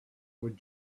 would